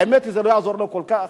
האמת היא שזה לא יעזור לו כל כך.